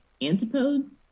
Antipodes